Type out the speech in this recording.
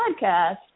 podcast